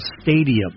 stadium